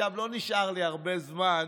עכשיו לא נשאר לי הרבה זמן